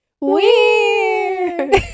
weird